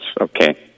Okay